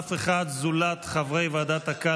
חבריי חברי הכנסת,